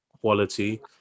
quality